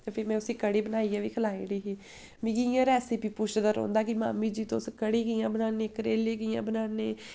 ते फ्ही में उस्सी ढ़ी बनाइयै बी खलाई ओड़ी ही मिगी रैसपी पुछदा रौंह्दा कि मामी जी तुस कढ़ी कि'यां बनान्नें करेले कि'यां बनान्नें